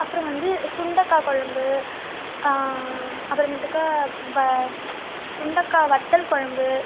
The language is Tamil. அப்புறம் வந்து சுண்டக்காய் கொலம்பு அப்புறமேட்டுக்கா வ சுண்டக்காய் வத்தல்குலம்பு